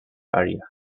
area